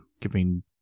giving